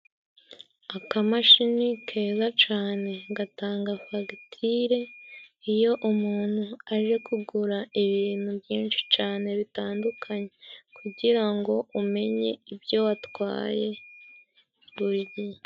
Akamashini keza cane, gatanga fagitire iyo umuntu aje kugura ibintu byinshi cane, bitandukanye, kugira ngo umenye ibyo watwaye buri gihe.